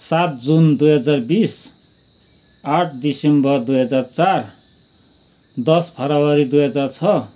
सात जुन दुई हजार बिस आठ डिसेम्बर दुई हजार चार दस फब्रुअरी दुई हजार छ